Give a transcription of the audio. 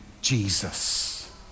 Jesus